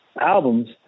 albums